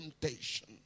temptation